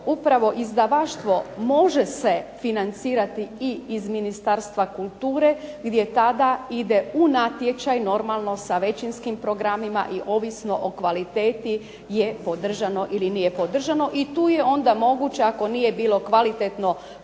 upravo izdavaštvo može se financirati i iz Ministarstva kulture gdje tada ide u natječaj, normalno sa većinskim programima, i ovisno o kvaliteti je podržano ili nije podržano i tu je onda moguće ako nije bilo kvalitetno